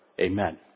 Amen